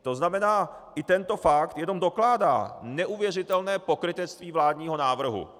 To znamená, i tento fakt jenom dokládá neuvěřitelné pokrytectví vládního návrhu.